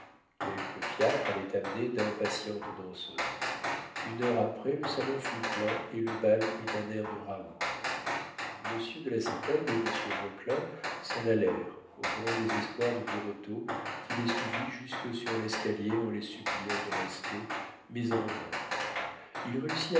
quelques fiacres avaient amené d'impatientes danseuses une heure après le salon fut plein et le bal prit un air de raout monsieur de lacépède et monsieur vauquelin s'en allèrent au grand désespoir de birotteau qui les suivit jusque sur l'escalier en les suppliant de rester mais en vain il